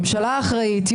ממשלה אחראית,